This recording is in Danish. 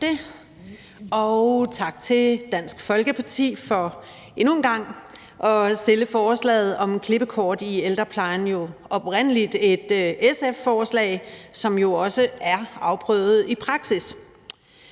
tak til Dansk Folkeparti for endnu en gang at fremsætte forslaget om klippekort i ældreplejen. Det er jo oprindelig et SF-forslag, som også er afprøvet i praksis.